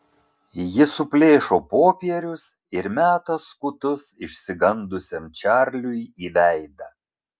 ji suplėšo popierius ir meta skutus išsigandusiam čarliui į veidą